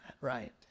right